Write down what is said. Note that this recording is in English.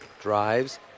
drives